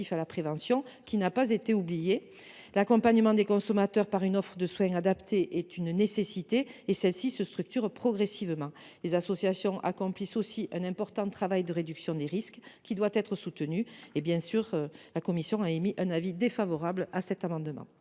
à la prévention, qui n’a pas été oublié. L’accompagnement des consommateurs une offre de soins adaptée est une nécessité et cette offre se structure progressivement. Les associations, de leur côté, accomplissent un important travail de réduction des risques, qui doit être soutenu. La commission a émis un avis défavorable sur cet amendement.